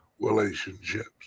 relationships